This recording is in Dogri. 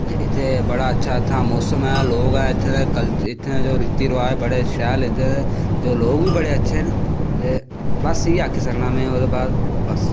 ते इत्थें दा बड़ा अच्चा मौसम औ इत्थें दे लोग ऐं इत्थें दे रिती रवाज बड़े शैल इत्थें दे जो लोगद बी बड़े अच्छे न ते बस इयै आक्खी सकना में बस